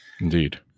Indeed